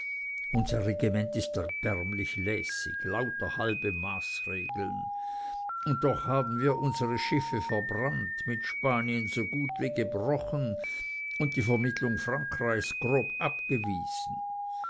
unser regiment ist erbärmlich lässig lauter halbe maßregeln und doch haben wir unsere schiffe verbrannt mit spanien so gut wie gebrochen und die vermittlung frankreichs grob abgewiesen